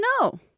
No